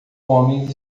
homens